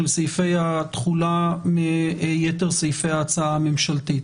סעיפי התחולה מיתר סעיפי ההצעה הממשלתית.